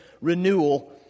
renewal